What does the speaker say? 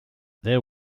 there